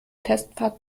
testfahrt